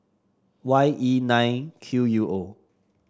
Y E nine Q U O